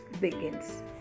begins